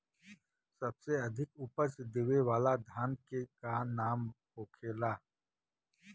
सबसे अधिक उपज देवे वाला धान के का नाम होखे ला?